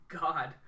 God